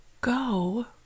go